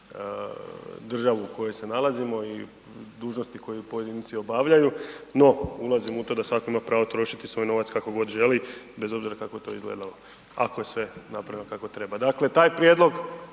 državu u kojoj se nalazimo i dužnosti koju pojedinci obavljaju, no ulazim u to da svatko ima pravo trošiti svoj novac kako god želi bez obzira kako to izgledalo ako je sve napravljeno kako treba. Dakle, taj prijedlog